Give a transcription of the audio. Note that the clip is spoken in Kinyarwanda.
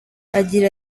agira